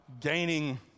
gaining